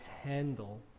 handle